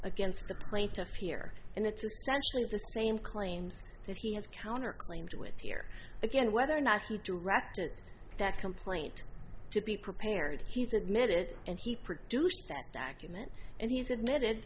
against the plaintiff here and it's essentially the same claims that he has counterclaim to with here again whether or not he directed that complaint to be prepared he's admitted it and he produced that document and he's admitted